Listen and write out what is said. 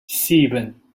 sieben